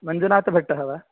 मञ्जुनाथभट्टः वा